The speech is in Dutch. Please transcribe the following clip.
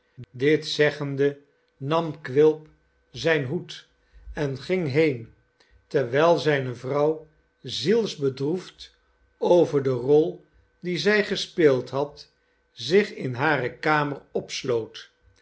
dit zeggende nam quilp zijn hoed en ging heen terwijl zijne vrouw zielsbedroefd over de rol die zij gespeeld had zich in hare kamer opsloot